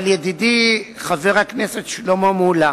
אבל, ידידי חבר הכנסת שלמה מולה,